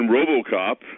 Robocop